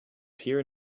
peer